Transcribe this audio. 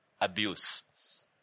abuse